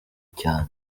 cyane